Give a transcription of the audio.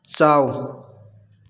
ꯆꯥꯎ